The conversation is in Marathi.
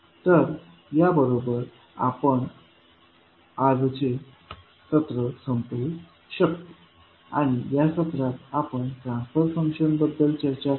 तर या बरोबर आपण आजचे सत्र संपवु शकतो आणि या सत्रात आपण ट्रान्सफर फंक्शन बद्दल चर्चा केली